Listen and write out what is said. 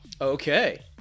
okay